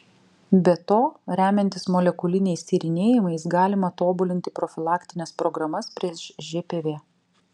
be to remiantis molekuliniais tyrinėjimais galima tobulinti profilaktines programas prieš žpv